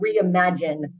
reimagine